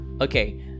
Okay